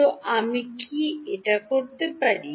তো আমি কি এটা করতে পারি